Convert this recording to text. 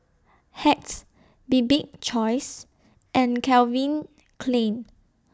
Hacks Bibik's Choice and Calvin Klein